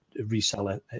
reseller